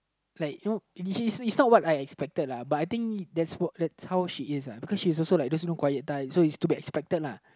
like you know initially it's it's not what I expected lah but I think that's what that's how she is uh because you know she is also like those you know quiet type so is to be expected lah